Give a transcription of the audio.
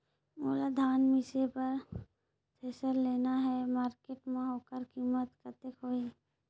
मोला धान मिसे बर थ्रेसर लेना हे मार्केट मां होकर कीमत कतेक होही?